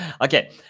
Okay